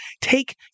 take